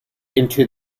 into